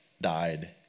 died